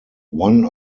one